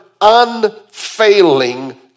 unfailing